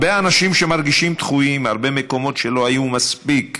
הרבה אנשים שמרגישים דחויים מהרבה מקומות שלא היו מספיק